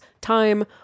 time